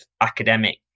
academic